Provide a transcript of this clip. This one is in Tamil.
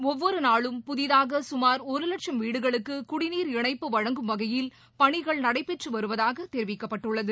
ஒவ்வொரு நாளும் புதிதாக சுமார் ஒரு வட்சம் வீடுகளுக்கு குடிநீர் இணைப்பு வழங்கும் வகையில் பணிகள் நடைபெற்று வருவதாக தெரிவிக்கப்பட்டுள்ளது